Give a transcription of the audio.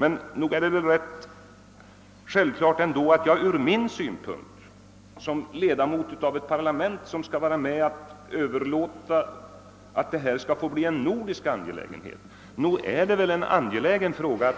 Men nog är det väl ändå ganska självklart att jag från min synpunkt, som ledamot av ett parlament som skall vara med om att bestämma att detta skall bli en nordisk angelägenhet, vill